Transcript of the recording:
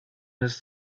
ist